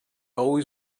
always